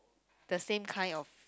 the same kind of